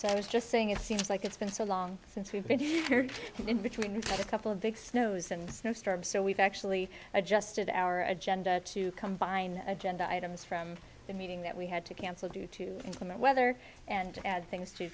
so i was just saying it seems like it's been so long since we've been here and in between a couple of big snows and snow storms so we've actually adjusted our agenda to combine agenda items from the meeting that we had to cancel due to inclement weather and to add things to